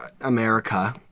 America